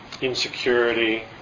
insecurity